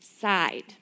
side